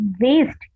waste